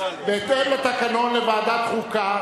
בהתאם לתקנון לוועדת חוקה.